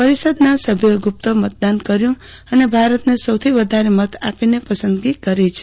પરિષદના સભ્યોએ ગુપ્ત મતદાન કર્યું અને ભારતને સૌથી વધારે મત આપીને પસંદગી કરી છે